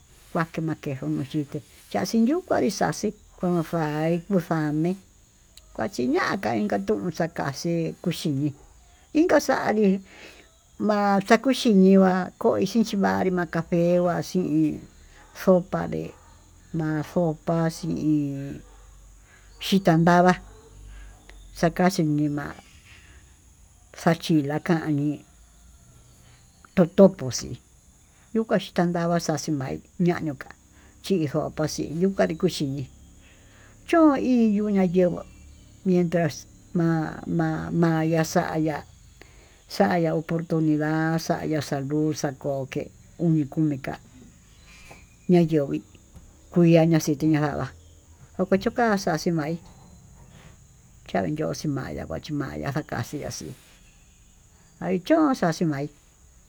Kuake makenju kuki'í kuu kachin yuu kue xaxhí kuavai kuu fami'i, kuachiñaka inka chun xakaxhí chí inka xandii ma'a xakuu xiñuá nonrí chivanri ma'a café kua xhín, sopa de ma'a sopa xhii uun xhikan ndava'a xakaxhi nima'a xachilaka ñii totopo xí yukán xhitán ndava xaxhi ma'a ñañoká chikoxhi yuka nduka yikoxhin chon iño ñayenguó mientras ma'a ma'a maya xaya xaya oportunida xaya salud koke uni komi ka'a nayo'ó kuii kuiya nacitiya, nava'a nakochoka xaxhí maí xanyoxi maya'a kuachimaya xakaxhiaxi hay chón xaxhi ma'í.